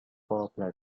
platforms